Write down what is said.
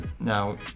Now